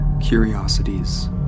curiosities